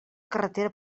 carretera